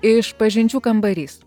išpažinčių kambarys